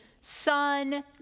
son